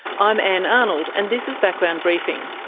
i'm ann arnold and this is background briefing.